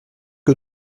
que